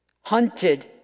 Hunted